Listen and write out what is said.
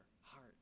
heart